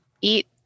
eat